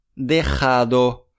Dejado